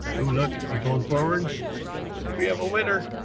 ooh, look, is he pulling forward? i think we have a winner.